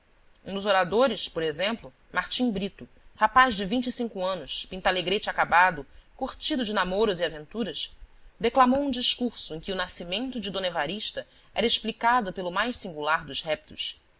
um dos oradores por exemplo martim brito rapaz de vinte e cinco anos pintalegrete acabado curtido de namoros e aventuras declamou um discurso em que o nascimento de d evarista era explicado pelo mais singular dos reptos